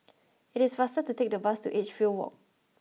it is faster to take the bus to Edgefield Walk